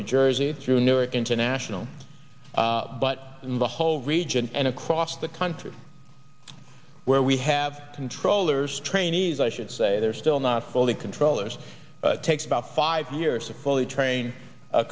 new jersey through newark international but in the whole region and across the country where we have controllers trainees i should say they're still not fully controllers takes about five years to fully train a